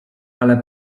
ale